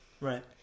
right